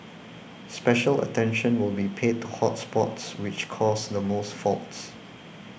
special attention will be paid to hot spots which cause the most faults